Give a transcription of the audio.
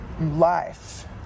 life